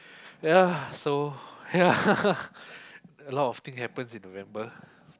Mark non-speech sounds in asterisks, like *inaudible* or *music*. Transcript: ya so ya *laughs* a lot of thing happens in November